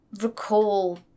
recall